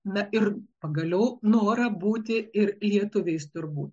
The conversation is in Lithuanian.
na ir pagaliau norą būti ir lietuviais turbūt